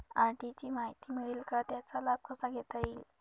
RD ची माहिती मिळेल का, त्याचा लाभ कसा घेता येईल?